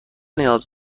نیاز